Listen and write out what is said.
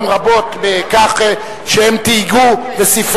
לא נתקבלה.